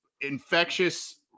infectious